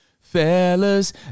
Fellas